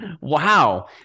wow